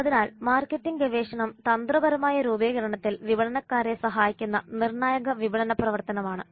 അതിനാൽ മാർക്കറ്റിംഗ് ഗവേഷണം തന്ത്രപരമായ രൂപീകരണത്തിൽ വിപണനക്കാരെ സഹായിക്കുന്ന നിർണായക വിപണന പ്രവർത്തനമാണ്